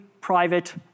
private